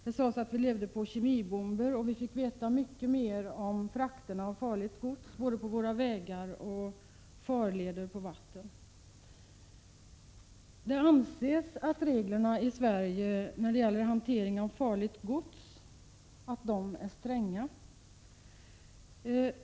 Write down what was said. Det sades att vi lever på kemibomber, och vi fick veta mycket mer om frakterna av farligt gods både på våra vägar och på farleder till havs. Det anses att reglerna i Sverige för hantering av farligt gods är stränga.